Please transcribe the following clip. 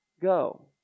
go